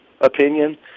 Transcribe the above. opinion